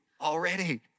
already